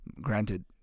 Granted